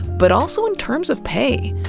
but also in terms of pay.